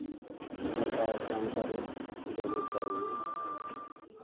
पता और जानकारी दोनों चाहिए